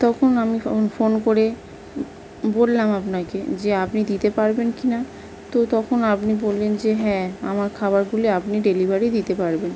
তখন আমি ফোন করে বললাম আপনাকে যে আপনি দিতে পারবেন কিনা তো তখন আপনি বললেন যে হ্যাঁ আমার খাবারগুলি আপনি ডেলিভারি দিতে পারবেন